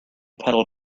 pedal